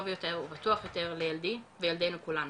יותר ובטוח יותר לילדי וילדינו כולנו,